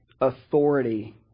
authority